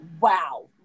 wow